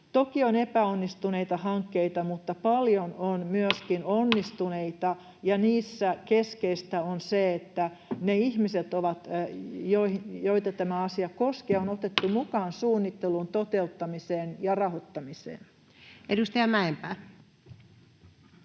toki on epäonnistuneita hankkeita, mutta paljon on myöskin onnistuneita, ja niissä keskeistä on se, että ne ihmiset, joita tämä asia koskee, on otettu mukaan suunnitteluun, toteuttamiseen ja rahoittamiseen. [Speech